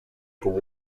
como